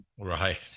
Right